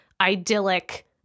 idyllic